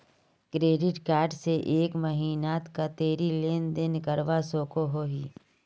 Credit card से एक महीनात कतेरी लेन देन करवा सकोहो ही?